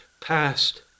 past